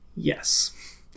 yes